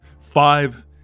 Five